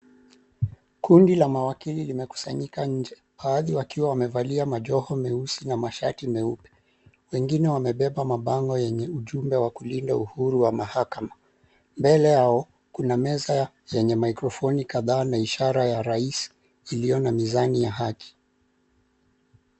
Kundi la mawakili limekusanyika nje baadhi wakiwa wamevalia majoho meusi na mashati meupe. Wengine wamebeba mabango yenye ujumbe wa kulinda uhuru wa mahakama. Mbele yao kuna meza yenye mikrofoni kadhaa na ishara ya rais ilio na mizani ya haki.